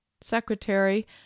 secretary